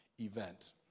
event